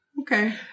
Okay